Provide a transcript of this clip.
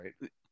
right